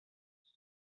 wait